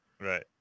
Right